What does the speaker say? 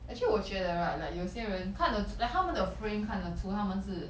actually 我觉得 right like 有些人看得 like 他们的 frame 看得出他们是